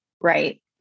Right